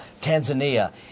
Tanzania